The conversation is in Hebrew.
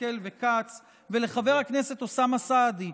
השכל וכץ ולחבר הכנסת אוסאמה סעדי,